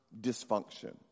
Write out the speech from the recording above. dysfunction